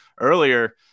earlier